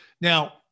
Now